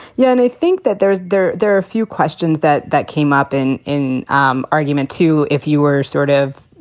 yeah, and i think that there is there. there are a few questions that that came up in an um argument, too. if you were sort of,